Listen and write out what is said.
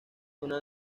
una